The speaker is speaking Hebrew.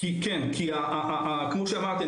כמו שאמרתי,